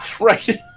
right